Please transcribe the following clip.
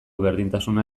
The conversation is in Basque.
berdintasuna